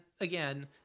again